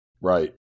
Right